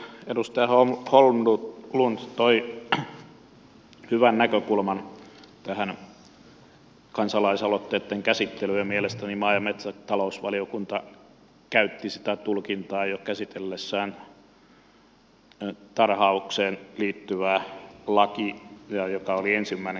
edustaja holmlund toi hyvän näkökulman tähän kansalaisaloitteitten käsittelyyn ja mielestäni maa ja metsätalousvaliokunta käytti sitä tulkintaa jo käsitellessään tarhaukseen liittyvää lakia joka oli ensimmäinen kansalaisaloite